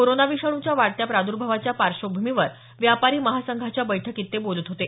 corona विषाणूच्या वाढत्या प्रादर्भावाच्या पार्श्वभूमीवर व्यापारी महासंघाच्या बैठकीत ते बोलत होते